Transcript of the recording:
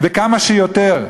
וכמה שיותר.